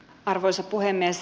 arvoisa puhemies